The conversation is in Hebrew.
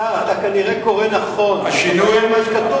השר, אתה כנראה קורא נכון, אבל גם מה שכתוב